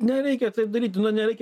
nereikia taip daryti nu nereikia